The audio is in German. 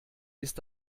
ist